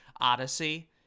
Odyssey